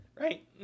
right